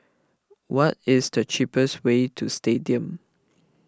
what is the cheapest way to Stadium